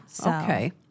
Okay